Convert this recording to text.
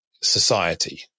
society